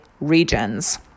regions